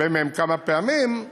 הרבה מהם כמה פעמים,